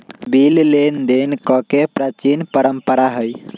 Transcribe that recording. bill लेनदेन कके प्राचीन परंपरा हइ